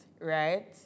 right